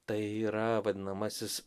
tai yra vadinamasis